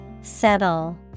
Settle